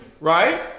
right